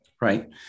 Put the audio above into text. Right